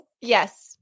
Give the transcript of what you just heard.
Yes